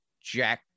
jack